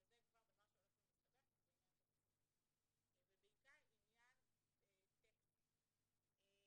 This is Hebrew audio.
שזה כבר דבר שהולך ומסתבך כי זה עניין תקציבי ובעיקר עניין טכני,